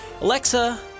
Alexa